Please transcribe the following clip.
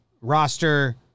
roster